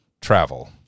travel